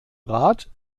rat